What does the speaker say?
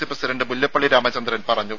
C president Mullappally Ramachandran പറഞ്ഞു